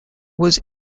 was